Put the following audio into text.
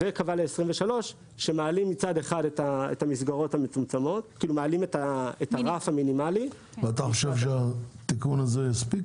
זה קבע ל-23 שמעלים את הרף המינימאלי -- אתה חושב שהתיקון הזה יספיק?